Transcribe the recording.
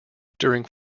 during